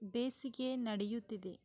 ಬೇಸಿಗೆ ನಡೆಯುತ್ತಿದೆ